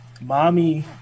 mommy